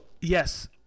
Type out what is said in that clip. yes